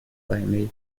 climate